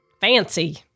Fancy